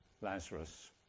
Lazarus